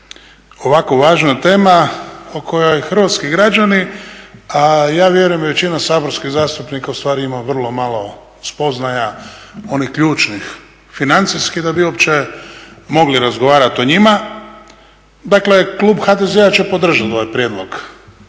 ovako važna tema o kojoj hrvatski građani, a ja vjerujem i većina saborskih zastupnika ustvari ima vrlo malo spoznaja, onih ključnih financijskih da bi uopće mogli razgovarat o nj ima. Dakle klub HDZ-a će podržat ovaj prijedlog